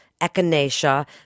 echinacea